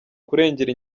kurengera